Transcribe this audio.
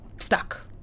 stuck